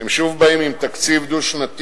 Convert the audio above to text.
אתם שוב באים עם תקציב דו-שנתי,